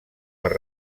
per